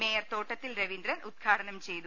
mayor Thottathil Raveendran ഉദ്ഘാടനം ചെയ്തു